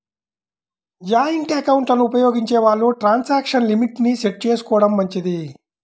joint ఎకౌంట్లను ఉపయోగించే వాళ్ళు ట్రాన్సాక్షన్ లిమిట్ ని సెట్ చేసుకోడం మంచిది